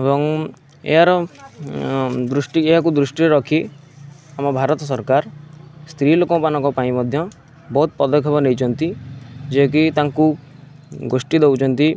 ଏବଂ ଏହାର ଦୃଷ୍ଟି ଏହାକୁ ଦୃଷ୍ଟିରେ ରଖି ଆମ ଭାରତ ସରକାର ସ୍ତ୍ରୀ ଲୋକମାନଙ୍କ ପାଇଁ ମଧ୍ୟ ବହୁତ ପଦକ୍ଷପ ନେଇଛନ୍ତି ଯିଏକି ତାଙ୍କୁ ଗୋଷ୍ଠୀ ଦେଉଛନ୍ତି